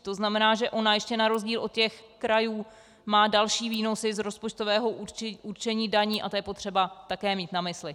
To znamená, že ona ještě na rozdíl od těch krajů má další výnosy z rozpočtového určení daní, a to je potřeba mít také na mysli.